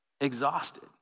exhausted